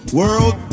world